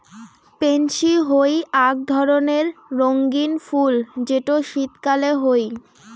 pansy হই আক ধরণের রঙ্গীন ফুল যেটো শীতকালে হই